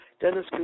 Dennis